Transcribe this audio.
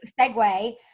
segue